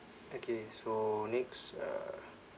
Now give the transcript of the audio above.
okay so next uh